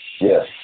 Yes